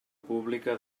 publica